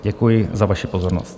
Děkuji za vaši pozornost.